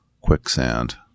Quicksand